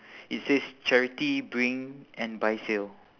it says charity bring and buy sale